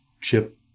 chip